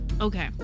Okay